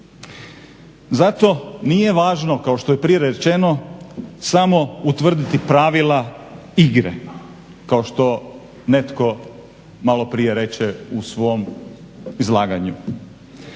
Zato nije važno kao što je prije rečeno samo utvrditi pravila igre kao što netko malo prije reče u svom izlaganju.